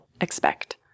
expect